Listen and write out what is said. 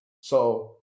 So-